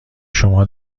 شما